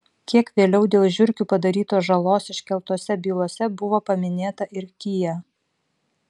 kiek vėliau dėl žiurkių padarytos žalos iškeltose bylose buvo paminėta ir kia